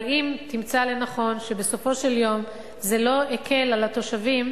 אבל אם תמצא שבסופו של יום זה לא הקל על התושבים,